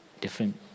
different